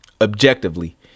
objectively